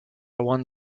one